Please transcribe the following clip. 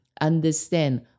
understand